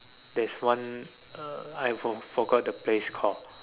there's one uh I for~ forgot the place called